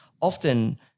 often